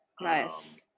Nice